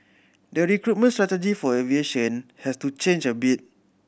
the recruitment strategy for aviation has to change a bit